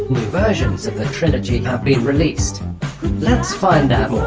versions of the trilogy have been released let's find out